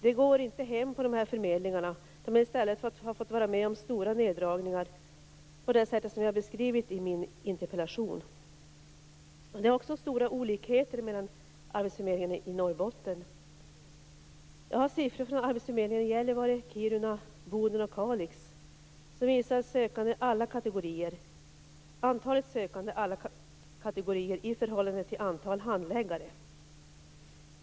Det går inte hem på förmedlingarna där man i stället har fått vara med om stora neddragningar på det sätt som jag har beskrivit i min interpellation. Det är också stora olikheter mellan arbetsförmedlingarna i Norrbotten. Jag har siffror från arbetsförmedlingen i Gällivare, Kiruna, Boden och Kalix som visar antal sökande alla kategorier i förhållande till antal handläggare.